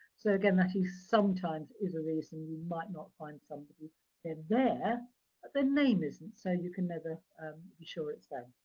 so again, that is sometimes a reason you might not find somebody in there, but their name isn't, so you can never be sure it's.